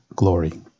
glory